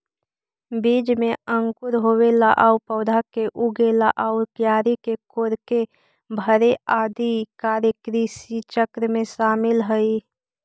बीज में अंकुर होवेला आउ पौधा के उगेला आउ क्यारी के कोड़के भरेला आदि कार्य कृषिचक्र में शामिल हइ